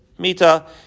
Mita